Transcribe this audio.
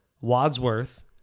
Wadsworth